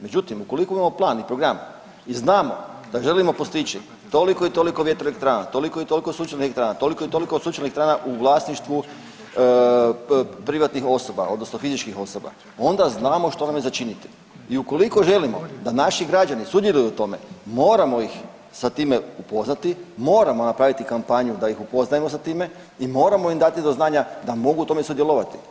Međutim, ukoliko imamo plan i program i znamo da želimo postići toliko i toliko vjetroelektrana, toliko i toliko sunčanih elektrana, toliko i toliko ... u vlasništvu privatnih osoba, odnosno fizičkih osoba, onda znamo što nam je za činiti i ukoliko želimo da naši građani sudjeluju u tome, moramo ih sa time upoznati, moramo napraviti kampanju da ih upoznajemo sa time i moramo im dati do znanja da mogu u tome sudjelovati.